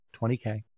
20K